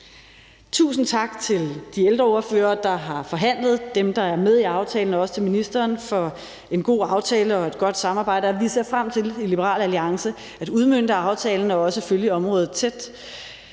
Tusind tak til de ældreordførere, der har forhandlet, dem, der er med i aftalen, og også til ministeren for en god aftale og godt samarbejde. Vi ser frem til i Liberal Alliance at udmønte aftalen og også følge området tæt.